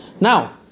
Now